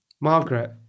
Margaret